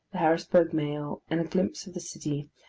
the harrisburg mail, and a glimpse of the city.